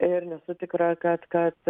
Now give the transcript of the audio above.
ir nesu tikra kad kad